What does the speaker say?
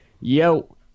yo